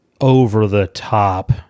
over-the-top